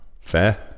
Fair